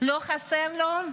לא חסר לו,